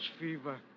fever